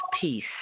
peace